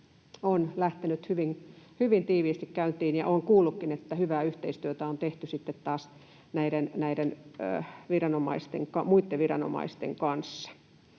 on lähtenyt hyvin tiiviisti käyntiin, ja olen kuullutkin, että hyvää yhteistyötä on tehty sitten taas näiden muitten